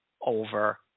over